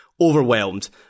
overwhelmed